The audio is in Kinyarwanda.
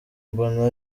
mbona